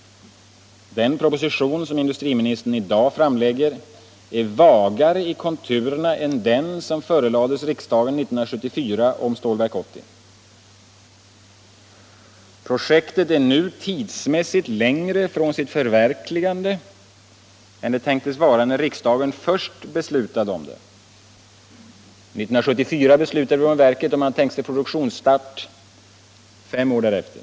Den proposition som industriministern i dag framlägger är vagare i konturerna än den som förelades riksdagen 1974 om Stålverk 80. Projektet är nu tidsmässigt längre från sitt förverkligande än det tänktes vara när riksdagen först beslutade om det. År 1974 beslutade vi om verket, och man tänkte sig produktionsstart fem år därefter.